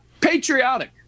patriotic